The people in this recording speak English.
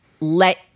let